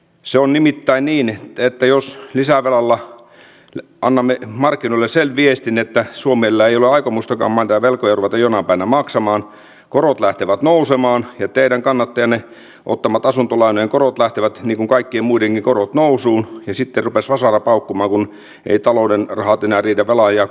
se on nimittäin niin että jos lisävelalla annamme markkinoille sen viestin että suomella ei ole aikomustakaan velkoja ruveta jonain päivänä maksamaan korot lähtevät nousemaan ja teidän kannattajienne ottamat asuntolainojen korot lähtevät niin kuin kaikkien muidenkin korot nousuun ja sitten rupeaa vasara paukkumaan kun eivät talouden rahat riitä enää velan ja korkojen maksuun